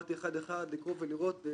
עברתי אחד-אחד לקרוא ולראות.